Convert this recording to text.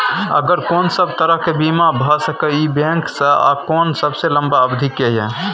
आर कोन सब तरह के बीमा भ सके इ बैंक स आ कोन सबसे लंबा अवधि के ये?